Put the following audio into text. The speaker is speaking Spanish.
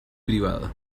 privada